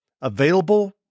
Available